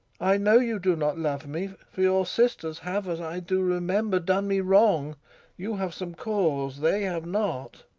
i know you do not love me for your sisters have, as i do remember, done me wrong you have some cause, they have not.